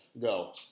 Go